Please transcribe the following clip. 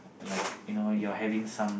like you know you are having some